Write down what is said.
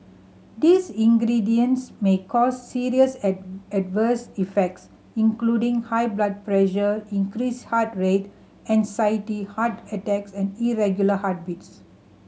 these ingredients may cause serious adverse effects including high blood pressure increased heart rate anxiety heart attacks and irregular heartbeats